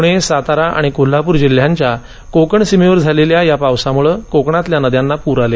पुणे सातारा आणि कोल्हापूर जिल्ह्यांच्या कोकण सीमेवर झालेल्या या पावसामुळे कोकणातल्या नद्यांना पूर आले